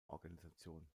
organisation